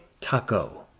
taco